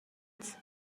биз